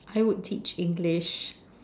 I would teach English